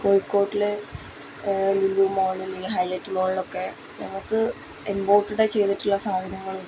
കോഴിക്കോട്ടിൽ ലുലൂ മോളിൽ ഹൈലൈറ്റ് മോളിലൊക്കെ ഞങ്ങൾക്ക് എമ്പോർട്ടഡായി ചെയ്തിട്ടുള്ള സാധനങ്ങൾ